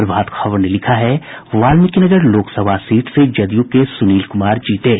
प्रभात खबर ने लिखा है वाल्मीकिनगर लोकसभा सीट से जदयू के सुनील कुमार जीते हैं